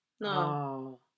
No